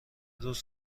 روز